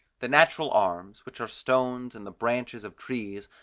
the natural arms, which are stones and the branches of trees,